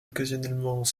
occasionnellement